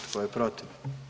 Tko je protiv?